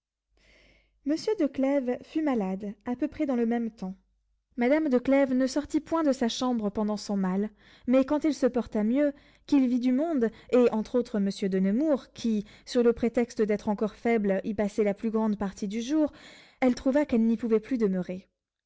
monsieur de clèves fut malade à peu près dans le même temps madame de clèves ne sortit point de sa chambre pendant son mal mais quand il se porta mieux qu'il vit du monde et entre autres monsieur de nemours qui sur le prétexte d'être encore faible y passait la plus grande partie du jour elle trouva qu'elle n'y pouvait plus demeurer